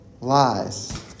lies